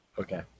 Okay